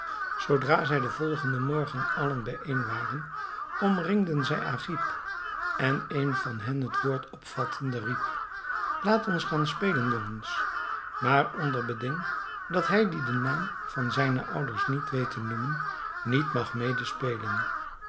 zoodra zij den volgenden morgen allen bijeen waren omringden zij agib en een van hen het woord opvattende riep laat ons gaan spelen jongens maar onder beding dat hij die den naam van zijne ouders niet weet te noemen niet mag medespelen